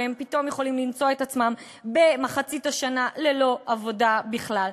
והם פתאום יכולים למצוא את עצמם במחצית השנה ללא עבודה בכלל.